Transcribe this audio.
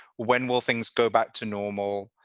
when will things go back to normal?